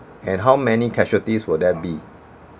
and how many casualties will there be